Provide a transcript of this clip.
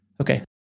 Okay